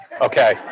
Okay